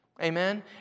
Amen